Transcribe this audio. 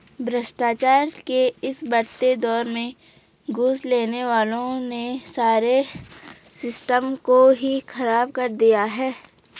भ्रष्टाचार के इस बढ़ते दौर में घूस लेने वालों ने सारे सिस्टम को ही खराब कर दिया है